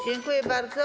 Dziękuję bardzo.